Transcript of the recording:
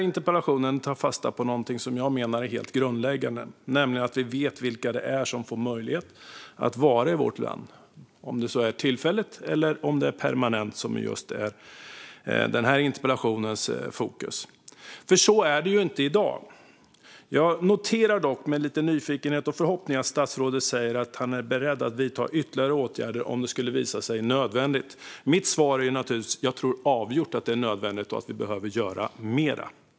Interpellationen tar fasta på någonting som jag menar är helt grundläggande, nämligen att vi vet vilka det är som får möjlighet att vara i vårt land, om det så är tillfälligt eller permanent, som är just den här interpellationens fokus. Så är det inte i dag. Jag noterar dock med lite nyfikenhet och förhoppning att statsrådet säger att han är beredd att vidta ytterligare åtgärder om det skulle visa sig nödvändigt. Mitt svar är naturligtvis att jag tror avgjort att det är nödvändigt och att vi behöver göra mer.